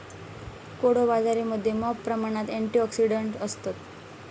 कोडो बाजरीमध्ये मॉप प्रमाणात अँटिऑक्सिडंट्स असतत